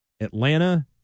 Atlanta